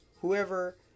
whoever